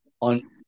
on